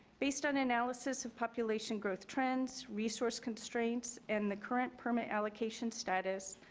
based on analysis of population growth trends, resource constraints, and the current permit allocation status,